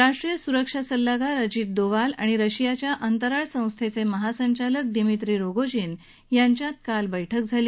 राष्ट्रीय सुरक्षा सल्लागार अजित डोवाल आणि रशियाच्या अंतराळ संस्थेचे महासंचालक दिमीत्री रोगोजिन यांच्यात काल बैठक झाली